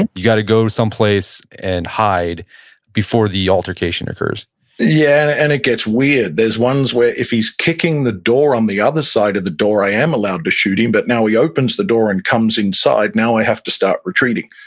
and you've got to go someplace and hide before the altercation occurs yeah, and it gets weird. there's ones where if he's kicking the door on the other side of the door, i am allowed to shoot him, but now he opens the door and comes inside, now i have to start retreating.